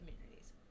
communities